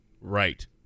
Right